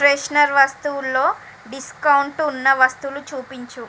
freshener వస్తువులులో discount ఉన్న వస్తువులు చూపించు